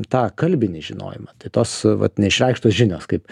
tą kalbinį žinojimą tai tos vat neišreikštos žinios kaip